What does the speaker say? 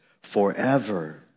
forever